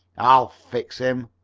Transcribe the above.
i'll fix him!